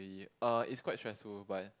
uh it's quite stressful but